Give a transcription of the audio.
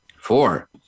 Four